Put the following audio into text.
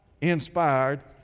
inspired